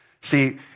See